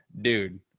dude